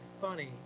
funny